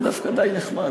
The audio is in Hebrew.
זה דווקא די נחמד,